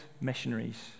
missionaries